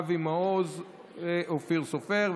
אבי מעוז ואופיר סופר,